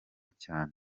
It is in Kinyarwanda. cyane